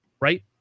Right